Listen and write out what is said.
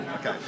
Okay